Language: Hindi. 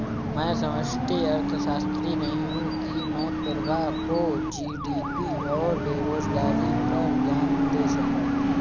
मैं समष्टि अर्थशास्त्री नहीं हूं की मैं प्रभा को जी.डी.पी और बेरोजगारी पर ज्ञान दे सकूं